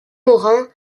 morin